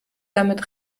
damit